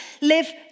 live